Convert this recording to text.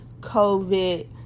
COVID